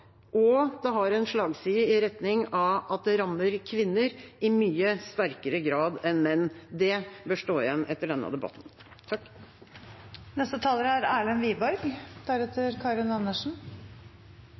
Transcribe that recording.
og det har en slagside i retning av at det i mye sterkere grad rammer kvinner enn menn. Det bør stå igjen etter denne debatten.